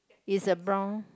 is a brown